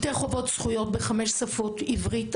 בכל אגף יש שלטי חובות זכויות בחמש שפות: עברית,